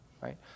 right